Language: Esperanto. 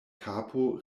kapo